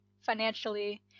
financially